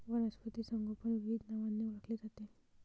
वनस्पती संगोपन विविध नावांनी ओळखले जाते